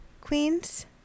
Queens